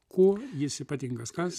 kuo jis ypatingas kas